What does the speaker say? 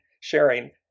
sharing